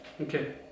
okay